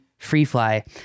Freefly